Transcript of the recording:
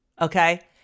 Okay